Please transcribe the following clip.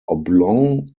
oblong